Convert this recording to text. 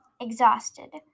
exhausted